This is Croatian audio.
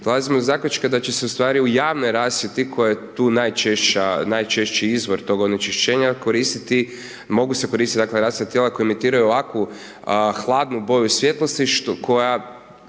Dolazimo do zaključka da će se u stvari u javnoj rasvjeti, koja je tu najčešća izvor tog onečišćenja koristiti, mogu se koristiti dakle rasvjetna tijela koja emitiraju ovakvu hladnu boju svjetlosti koja